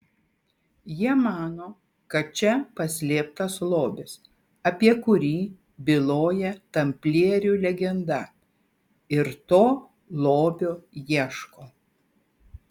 jie mano kad čia paslėptas lobis apie kurį byloja tamplierių legenda ir to lobio ieško